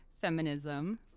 feminism